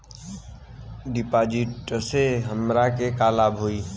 डिपाजिटसे हमरा के का लाभ होई?